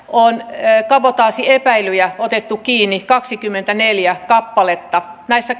on kabotaasiepäiltyjä otettu kiinni kaksikymmentäneljä kappaletta näissä